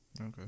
Okay